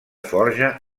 forja